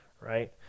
right